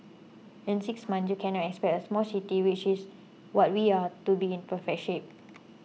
in six months you cannot expect small city which is what we are to be in perfect shape